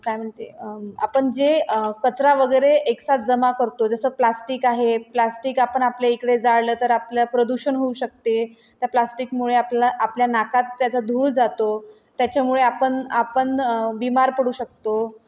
काय म्हणते आपण जे कचरा वगैरे एकसाथ जमा करतो जसं प्लास्टिक आहे प्लास्टिक आपण आपल्या इकडे जाळलं तर आपलं प्रदूषण होऊ शकते त्या प्लास्टिकमुळे आपला आपल्या नाकात त्याचा धूळ जातो त्याच्यामुळे आपण आपण बीमार पडू शकतो